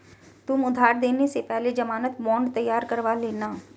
तुम उधार देने से पहले ज़मानत बॉन्ड तैयार करवा लेना